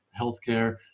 healthcare